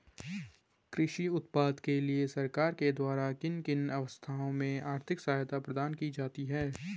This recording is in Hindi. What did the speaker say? कृषि उत्पादन के लिए सरकार के द्वारा किन किन अवस्थाओं में आर्थिक सहायता प्रदान की जाती है?